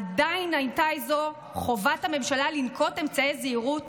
עדיין הייתה זו חובת הממשלה לנקוט אמצעי זהירות